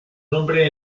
nombre